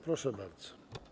Proszę bardzo.